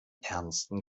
ernsten